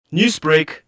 Newsbreak